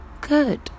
good